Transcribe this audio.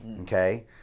okay